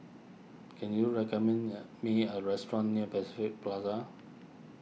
can you recommend a me a restaurant near Pacific Plaza